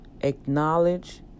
acknowledge